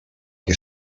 que